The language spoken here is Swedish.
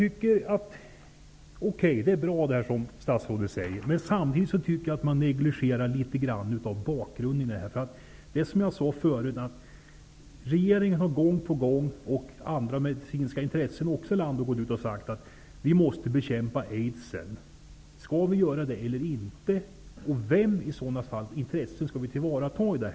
Fru talman! Det statsrådet säger är bra, men samtidigt tycker jag att man litet negligerar bakgrunden till det här problemet. Regeringen och olika företrädare för medicinska intressen har gång på gång gått ut och sagt att vi måste bekämpa aids. Skall vi göra det eller inte, och vems intresse skall vi i sådana fall tillvarata?